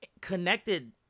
connected